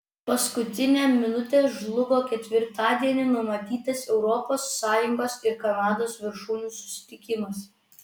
paskutinę minutę žlugo ketvirtadienį numatytas europos sąjungos ir kanados viršūnių susitikimas